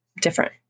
different